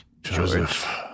Joseph